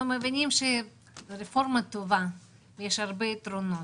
אנחנו מבינים שזאת רפורמה טובה ויש בה הרבה יתרונות.